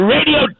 Radio